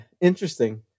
Interesting